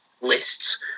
lists